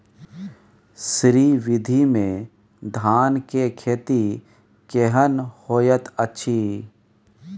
श्री विधी में धान के खेती केहन होयत अछि?